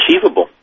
achievable